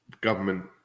government